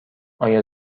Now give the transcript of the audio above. آیا